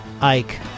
Ike